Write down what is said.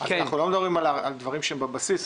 אנחנו לא מדברים על דברים שהם בבסיס,